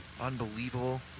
Unbelievable